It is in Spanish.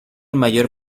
mayor